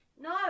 no